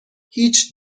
هیچ